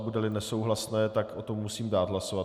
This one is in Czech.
Budeli nesouhlasné, tak o tom musím dát hlasovat.